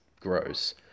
gross